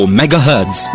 megahertz